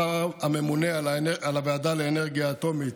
השר הממונה על הוועדה לאנרגיה אטומית,